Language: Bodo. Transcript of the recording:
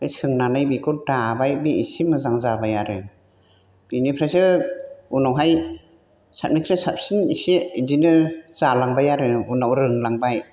बे सोंनायनै बेखौ दाबाय बे एसे मोजां जाबाय आरो बिनिफ्रायसो उनावहाय साबसिन निफ्राय साबसिन एसे बेदिनो जालांबाय आरो उनाव रोंलांबाय